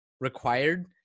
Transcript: required